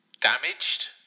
damaged